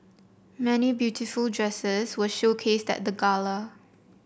many beautiful dresses were showcased at the gala